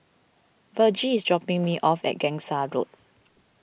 Vergie is dropping me off at Gangsa Road